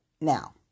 Now